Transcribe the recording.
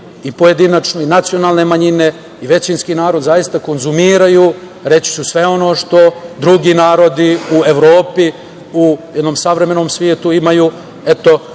i pojedinačno i nacionalne manjine i većinski narod zaista konzumiraju, reći ću, sve ono što drugi narodi u Evropi u jednom savremenom svetu imaju. Eto,